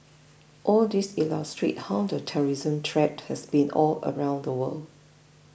all these illustrate how the terrorism threat has been all around the world